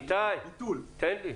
איתי, תן לי.